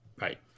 Right